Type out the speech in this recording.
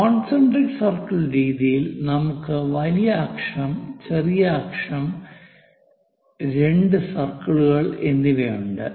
concentric circle രീതിയിൽ നമുക്ക് വലിയ അക്ഷം ചെറിയ അക്ഷം രണ്ട് സർക്കിളുകൾ എന്നിവയുണ്ട്